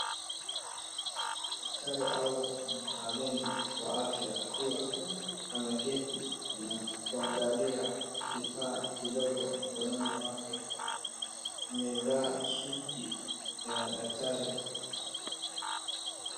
Daktari au mtaalumu wa afya akiwa ameketi na kuangalia kifaa kidogo mkononi wake. Amevaa suti ya daktari.